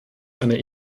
einer